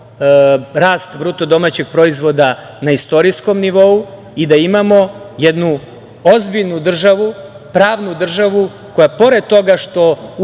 rast bruto domaćeg proizvoda na istorijskom nivou i da imamo jednu ozbiljnu državu, pravnu državu koja pored toga što